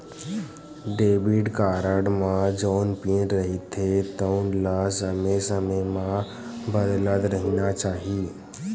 debit card म जउन pin रहिथे तउन ल समे समे म बदलत रहिना चाही